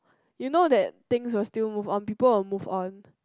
you know that things will still move on people will move on